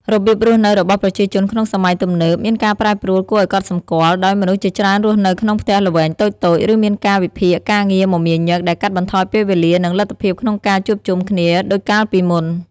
របៀបរស់នៅរបស់ប្រជាជនក្នុងសម័យទំនើបមានការប្រែប្រួលគួរឱ្យកត់សម្គាល់ ដោយមនុស្សជាច្រើនរស់នៅក្នុងផ្ទះល្វែងតូចៗ ឬមានកាលវិភាគការងារមមាញឹក ដែលកាត់បន្ថយពេលវេលា និងលទ្ធភាពក្នុងការជួបជុំគ្នាដូចកាលពីមុន។